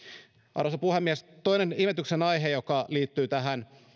arvoisa puhemies toinen ihmetyksen aihe joka liittyy